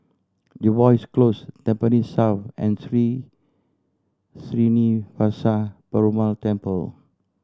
Jervois Close Tampines South and Sri Srinivasa Perumal Temple